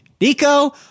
Nico